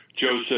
joseph